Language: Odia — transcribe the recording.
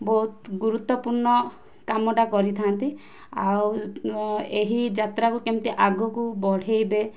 ବହୁତ ଗୁରୁତ୍ୱପୂର୍ଣ୍ଣ କାମଟା କରିଥାଆନ୍ତି ଆଉ ଏହି ଯାତ୍ରାକୁ କେମିତି ଆଗକୁ ବଢ଼େଇବେ